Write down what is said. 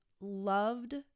loved